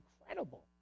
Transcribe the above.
incredible